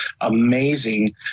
amazing